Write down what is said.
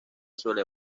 suele